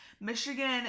Michigan